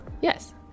yes